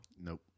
Nope